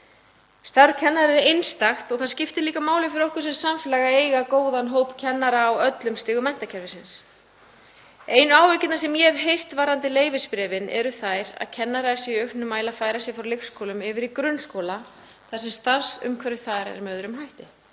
Starf kennara er einstakt og það skiptir líka máli fyrir okkur sem samfélag að eiga góðan hóp kennara á öllum stigum menntakerfisins. Einu áhyggjurnar sem ég hef heyrt varðandi leyfisbréfin eru þær að kennarar séu í auknum mæli að færa sig frá leikskólum yfir í grunnskóla þar sem starfsumhverfi er með öðrum hætti.